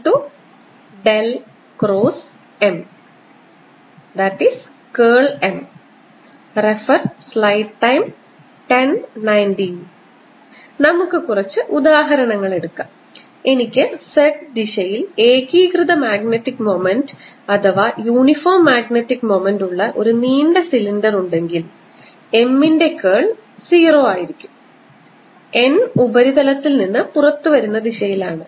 Kbound nM jboundM നമുക്ക് കുറച്ച് ഉദാഹരണങ്ങൾ എടുക്കാം എനിക്ക് z ദിശയിൽ ഏകീകൃത മാഗ്നറ്റിക് മൊമെന്റ് ഉള്ള ഒരു നീണ്ട സിലിണ്ടർ ഉണ്ടെങ്കിൽ M ന്റെ കേൾ 0 ആയിരിക്കും n ഉപരിതലത്തിൽ നിന്ന് പുറത്തുവരുന്ന ദിശയിലാണ്